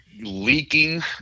leaking